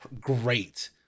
great